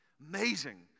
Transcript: Amazing